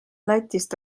lätist